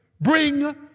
bring